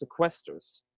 sequesters